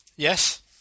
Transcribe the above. Yes